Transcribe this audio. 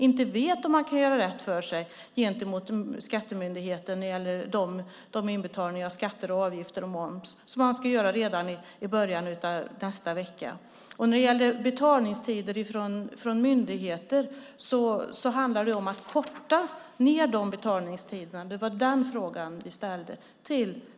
De vet inte om de kan göra rätt för sig gentemot skattemyndigheten när det gäller inbetalning av skatter, avgifter och moms som man ska göra redan i början av nästa vecka. Det handlar om att korta ned betalningstiderna från myndigheter till exempelvis tio dagar. Det var den frågan vi ställde.